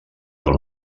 del